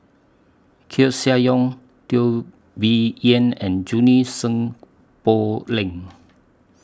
Koeh Sia Yong Teo Bee Yen and Junie Sng Poh Leng